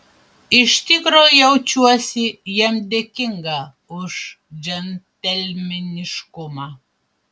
iš tikro jaučiuosi jam dėkinga už džentelmeniškumą